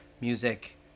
music